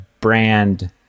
Brand